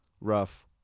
rough